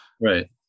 right